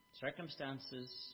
Circumstances